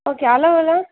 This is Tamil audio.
ஓகே அளவெலாம்